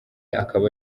akaba